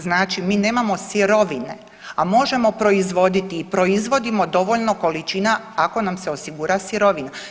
Znači, mi nemamo sirovine a možemo proizvoditi i proizvodimo dovoljno količina ako nam se osigura sirovina.